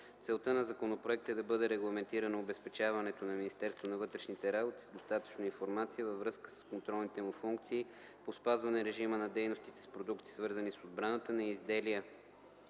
Целта на законопроекта е да бъде регламентирано обезпечаването на Министерство на вътрешните работи с достатъчно информация във връзка с контролните му функции по спазване режима на дейностите с продукти, свързани с отбраната, и на изделия